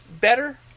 better